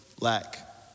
lack